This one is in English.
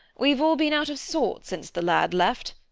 we've all been out of sorts since the lad left,